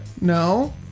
No